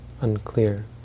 unclear